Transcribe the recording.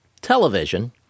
television